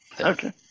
Okay